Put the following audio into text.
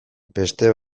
beste